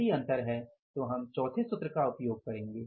यदि अंतर है तो हम चौथे सूत्र का उपयोग करेंगे